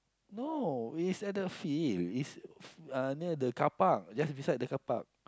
no it is at the field it's f~ near the carpark just beside the carpark